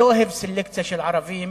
פשוט לא אוהב סלקציה של ערבים,